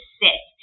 sit